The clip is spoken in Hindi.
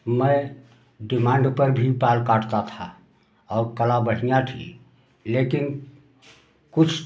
मैं डिमांड पर भी बाल काटता था और कला बढ़िया थी लेकिन कुछ